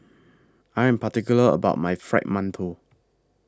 I Am particular about My Fried mantou